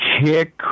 kick